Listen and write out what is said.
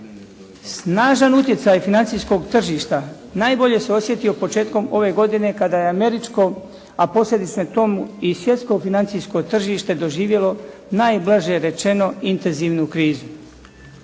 Snažan utjecaj financijskog tržišta najbolje se osjetio početkom ove godine kada je američko, a posljedično tomu i svjetsko financijsko tržište doživjelo najblaže rečeno intenzivnu krizu.